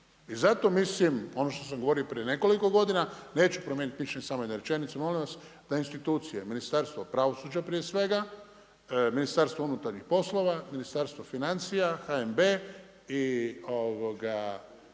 I zato mislim ono što sam govorio i prije nekoliko godina, neću promijeniti mišljenje, samo jednu rečenicu molim vas, da institucije, Ministarstvo pravosuđa prije svega, MUP, Ministarstvo financija, HNB i